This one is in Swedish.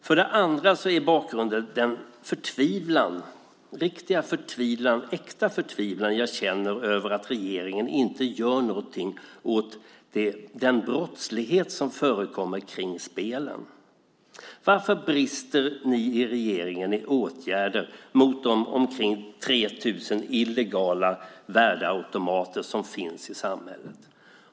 För det andra är bakgrunden den förtvivlan, riktiga förtvivlan, äkta förtvivlan jag känner över att regeringen inte gör någonting åt den brottslighet som förekommer kring spelen. Varför brister ni i regeringen i åtgärder mot de omkring 3 000 illegala värdeautomater som finns i samhället?